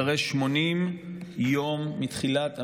אחרי 80 יום מתחילת המלחמה.